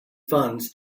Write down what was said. funds